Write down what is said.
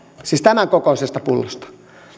siis tämän kokoisesta pullosta